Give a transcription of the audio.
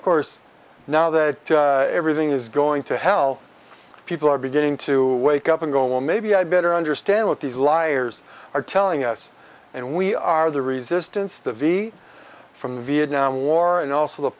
of course now that everything is going to hell people are beginning to wake up and go well maybe i better understand what these liars are telling us and we are the resistance the v from the vietnam war and also the